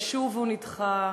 ושוב הוא נדחה.